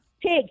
Pig